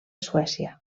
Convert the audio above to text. suècia